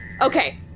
Okay